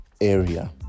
area